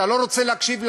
אתה לא רוצה להקשיב לאמת: